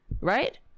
right